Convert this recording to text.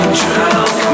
drunk